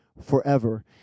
forever